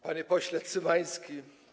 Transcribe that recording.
Panie Pośle Cymański!